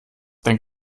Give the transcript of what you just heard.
dann